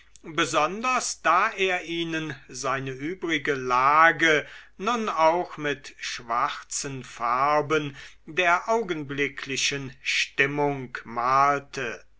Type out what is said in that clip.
besonders da er ihnen seine übrige lage nun auch mit schwarzen farben der augenblicklichen stimmung malte